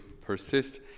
persist